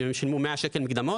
אם הם שילמו 100 ₪ מקדמות,